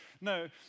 No